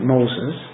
Moses